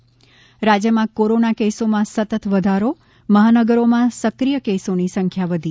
ૈ રાજયમાં કોરોના કેસોમાં સતત વધારો મહાનગરોમાં સક્રિય કેસોની સંખ્યા વધી